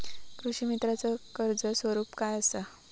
कृषीमित्राच कर्ज स्वरूप काय असा?